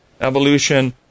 evolution